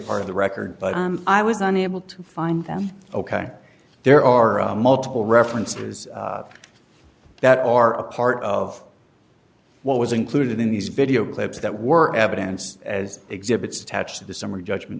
part of the record but i was unable to find them ok there are multiple references that are a part of what was included in these video clips that were evidence as exhibits attached to the summary judgment